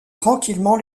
tranquillement